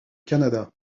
canada